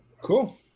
Cool